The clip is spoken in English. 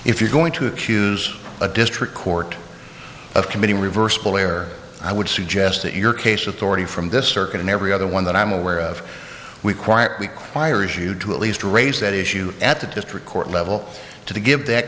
if you're going to accuse a district court of committing reversible error i would suggest that your case with already from this circuit and every other one that i'm aware of we quiet requires you to at least raise that issue at the district court level to give that